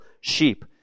sheep